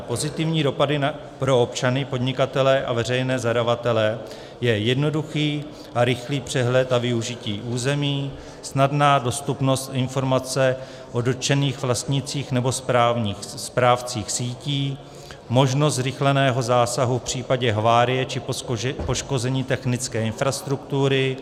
Pozitivními dopady pro občany, podnikatele a veřejné zadavatele jsou jednoduchý a rychlý přehled a využití území, snadná dostupnost informace o dotčených vlastnících nebo správcích sítí, možnost zrychleného zásahu v případě havárie či poškození technické infrastruktury.